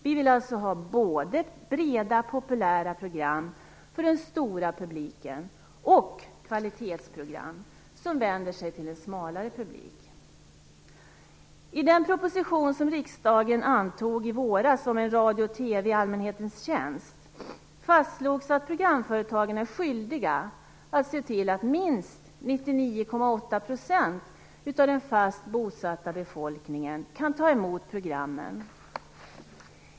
Vi vill alltså ha både breda populära program för den stora publiken och kvalitetsprogram som vänder sig till en smalare publik. 99,8 procent av den fast bosatta befolkningen kan ta emot programmen.